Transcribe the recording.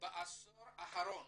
בעשור האחרון